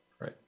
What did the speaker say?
right